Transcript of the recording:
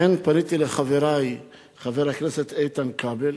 לכן פניתי לחברי, חבר הכנסת איתן כבל